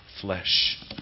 flesh